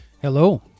Hello